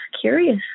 curious